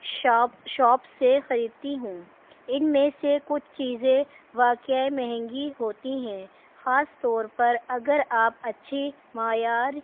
shop shop سے خریدتی ہوں ان میں سے کچھ چیزیں واقعی مہنگی ہوتی ہیں خاص طور پر اگر آپ اچھی معیار